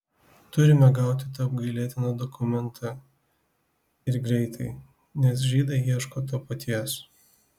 turime gauti tą apgailėtiną dokumentą ir greitai nes žydai ieško to paties